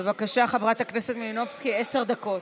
בבקשה, חברת הכנסת מלינובסקי, עשר דקות.